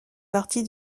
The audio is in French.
partie